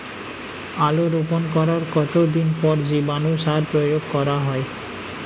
আলু রোপণ করার কতদিন পর জীবাণু সার প্রয়োগ করা হয়?